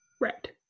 Red